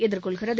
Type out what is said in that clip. எதிர்கொள்கிறது